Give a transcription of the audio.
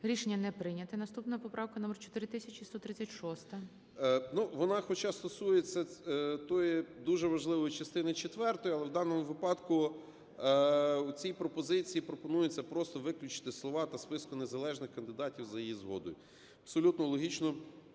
Рішення не прийнято. Наступна поправка номер - 4136. 17:47:14 СИДОРОВИЧ Р.М. Ну вона хоча стосується тої дуже важливої частини четвертої, але в даному випадку у цій пропозиції пропонується просто виключити слова "та списку незалежних кандидатів за її згодою". Абсолютно логічно.